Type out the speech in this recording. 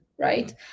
right